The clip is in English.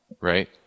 right